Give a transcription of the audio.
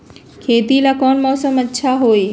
खेती ला कौन मौसम अच्छा होई?